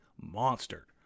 monster